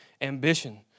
ambition